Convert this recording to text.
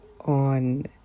on